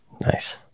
Nice